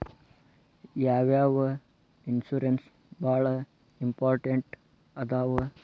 ಯಾವ್ಯಾವ ಇನ್ಶೂರೆನ್ಸ್ ಬಾಳ ಇಂಪಾರ್ಟೆಂಟ್ ಅದಾವ?